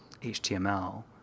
html